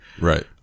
Right